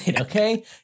okay